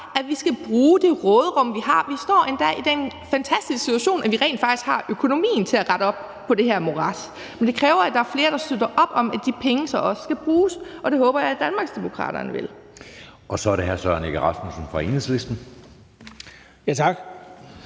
at vi skal bruge det råderum, vi har. Vi står endda i den fantastiske situation, at vi rent faktisk har økonomien til at rette op på det her morads. Men det kræver, at der er flere, der støtter op om, at de penge så også skal bruges, og det håber jeg at Danmarksdemokraterne vil. Kl. 13:20 Anden næstformand (Jeppe Søe): Så er det hr.